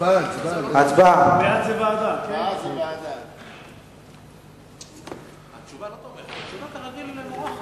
ההצעה להעביר את הנושא לוועדת הפנים והגנת הסביבה